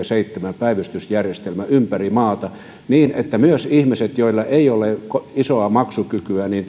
seitsemän päivystysjärjestelmä ympäri maata niin että myös ihmiset joilla ei ole isoa maksukykyä